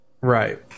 Right